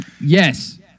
yes